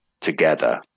together